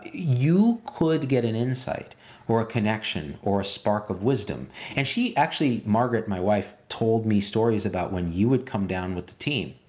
you could get an insight or a connection or a spark of wisdom and she actually, margaret, my wife, told me stories about when you would come down with the team.